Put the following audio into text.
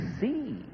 see